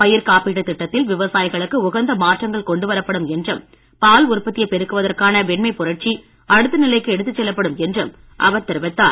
பயிர் காப்பீட்டு திட்டத்தில் விவசாயிகளுக்கு உகந்த மாற்றங்கள் கொண்டுவரப்படும் என்றும் பால் உற்பத்தியை பெருக்குவதற்கான வெண்மை புரட்சி அடுத்த நிலைக்கு எடுத்துச் செல்லப்படும் என்றும் அவர் தெரிவித்தார்